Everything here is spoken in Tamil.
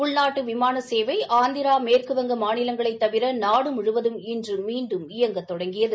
உள்நாட்டு விமான சேவை ஆந்திரா மேற்குவங்க மாநிலங்களைத் தவிர நாடு முழுவதும் இன்று மீண்டும் இயங்க தொடங்கியது